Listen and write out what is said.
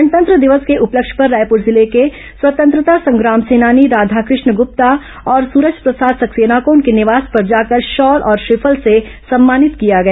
गणतंत्र दिवस के उपलक्ष्य पर रायपुर जिले के स्वतंत्रता संग्राम सेनानी राधाकष्ण गुप्ता और सूरज प्रसाद सक्सेना को उनके निवास पर जाकर शॉल और श्रीफल से सम्मानित किया गया